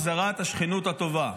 החזרת השכנות הטובה.